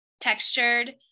textured